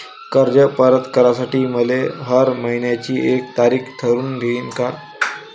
कर्ज परत करासाठी मले हर मइन्याची एक तारीख ठरुता येईन का?